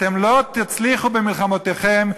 אתם לא תצליחו במלחמותיכם.